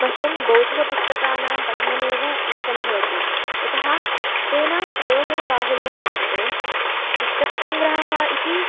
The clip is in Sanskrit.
मह्यं भौतिकपुस्तकानां पठनमेव इष्टं भवति यतः तेन प्रयोजनबाहुल्यं वर्तते पुस्तकसङ्ग्रहः इति